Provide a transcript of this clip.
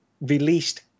released